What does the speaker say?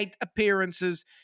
appearances